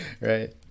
right